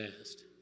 asked